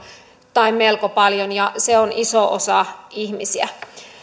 tai melko paljon ja se on iso osa ihmisiä